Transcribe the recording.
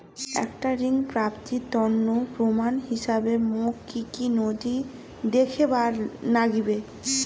একটা ঋণ প্রাপ্তির তন্ন প্রমাণ হিসাবে মোক কী কী নথি দেখেবার নাগিবে?